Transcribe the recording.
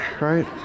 right